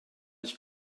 ich